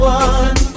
one